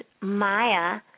Maya